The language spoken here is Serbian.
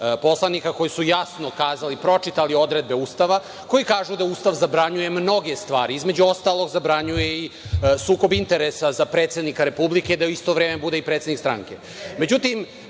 poslanika koji su jasno rekli, pročitali odredbe Ustava koji kažu da Ustav zabranjuje mnoge stvari, između ostalog zabranjuje i sukob interesa za predsednika Republike, da u isto vreme bude i predsednik stranke.Međutim,